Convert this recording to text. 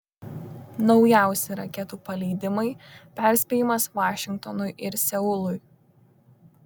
naujausi raketų paleidimai perspėjimas vašingtonui ir seului